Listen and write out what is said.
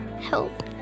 help